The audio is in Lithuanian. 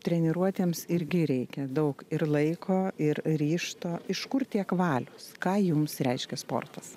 treniruotėms irgi reikia daug ir laiko ir ryžto iš kur tiek valios ką jums reiškia sportas